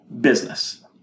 business